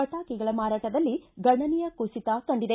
ಪಟಾಕಿಗಳ ಮಾರಾಟದಲ್ಲಿ ಗಣನೀಯ ಕುಸಿತ ಕಂಡಿದೆ